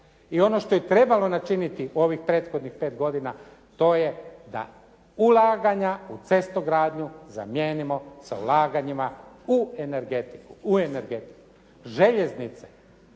I ono što je trebalo načiniti u ovih prethodnih 5 godina, to je da ulaganja u cestogradnju zamijenimo sa ulaganjima u energetiku. Željeznice.